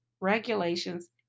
regulations